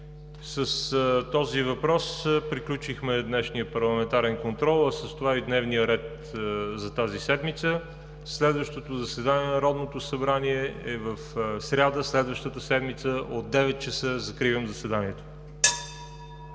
С този въпрос приключихме днешния парламентарен контрол, а с това и дневния ред за тази седмица. Следващото заседание на Народното събрание е в сряда, следващата седмица, от 9,00 ч. Закривам заседанието.